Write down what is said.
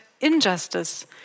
injustice